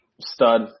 Stud